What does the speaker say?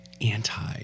anti